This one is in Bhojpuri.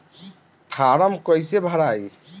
फारम कईसे भराई?